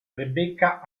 rebecca